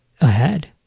ahead